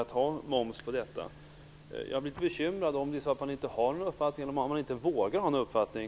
Jag blir litet bekymrad om det är så att man inte har någon uppfattning eller inte vågar ha någon uppfattning.